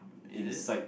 is it